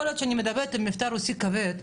יכול להיות שאני מדברת עם מבטא רוסי כבד,